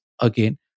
again